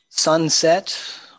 sunset